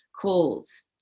Calls